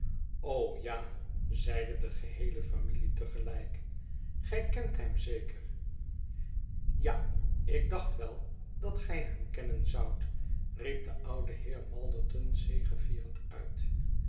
ja zeide de geheele familie te gelijk gij kent hem zeker ja ikdacht wel dat gij hem kennen zoudt riep de oude heer malderton zegevierend uit